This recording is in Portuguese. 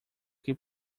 que